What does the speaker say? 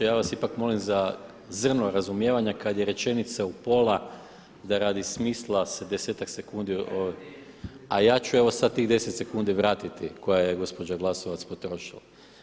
Ja vas ipak molim za zrno razumijevanja kad je rečenica u pola, da radi smisla se desetak sekundi, a ja ću evo sad tih 10 sekundi vratiti koja je gospođa Glasovac potrošila.